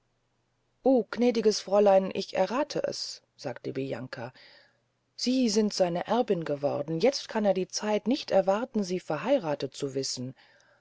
o gnädiges fräulein ich errathe es sagte bianca sie sind seine erbin geworden jetzt kann er die zeit nicht erwarten sie verheirathet zu wissen